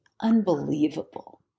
unbelievable